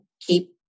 keep